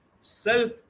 self